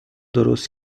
درست